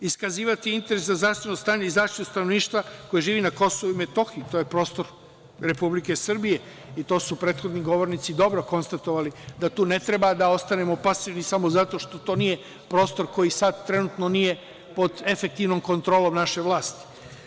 Iskazivati interes za zdravstveno stanje i zaštitu stanovništva koje živi na KiM, to je prostor Republike Srbije i to su prethodni govornici dobro konstatovali, da tu ne treba da ostanemo pasivni samo zato što to nije prostor koji sad trenutno nije pod efektivnom kontrolom naše vlasti.